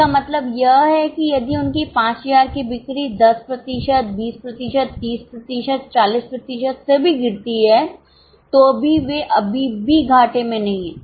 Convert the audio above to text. इसका मतलब यह है कि यदि उनकी 5000 की बिक्री 10 प्रतिशत 20 प्रतिशत 30 प्रतिशत 40 प्रतिशत से गिरती है तो भी वे अभी भी घाटे में नहीं हैं